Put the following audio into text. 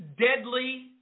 deadly